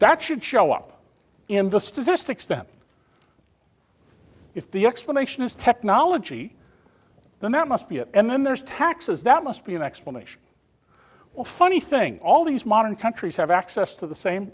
that should show up in the statistics then if the explanation is technology then that must be it and then there's taxes that must be an explanation well funny thing all these modern countries have access to the same